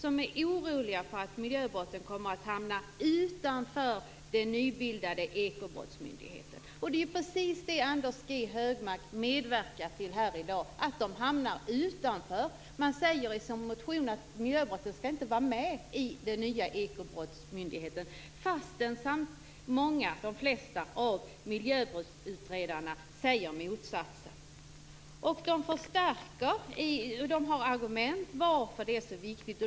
De är oroliga för att miljöbrotten kommer att hamna utanför den nybildade ekobrottsmyndigheten. Det är precis det Anders G Högmark medverkar till i dag, att hamna utanför. Man säger i sin motion att miljöbrotten inte skall vara med i den nya ekobrottsmyndigheten fastän de flesta av miljöbrottsutredarna säger motsatsen. De har argument för att detta är viktigt.